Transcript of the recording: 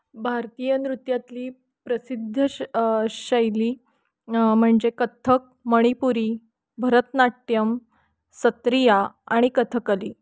भारतीय नृत्यातली प्रसिद्ध श शैली म्हणजे कथ्थक मणिपुरी भरतनाट्यम सत्रिया आणि कथकली